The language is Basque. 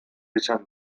izan